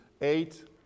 eight